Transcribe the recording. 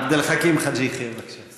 עבד אל חכים חאג' יחיא, בבקשה.